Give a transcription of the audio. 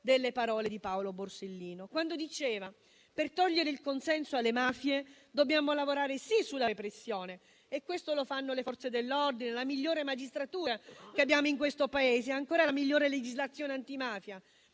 delle parole di Paolo Borsellino quando diceva che per togliere il consenso alle mafie dobbiamo lavorare sì sulla repressione (e questo lo fanno le Forze dell'ordine, la migliore magistratura che abbiamo in questo Paese e, ancora, la migliore legislazione antimafia),